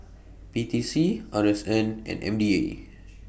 P T C R S N and M D A